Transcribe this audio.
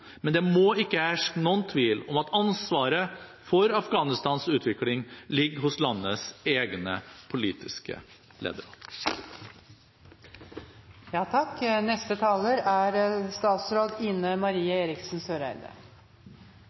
Men det må ikke herske noen tvil om at ansvaret for Afghanistans utvikling ligger hos landets egne politiske